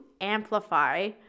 amplify